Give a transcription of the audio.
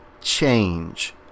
change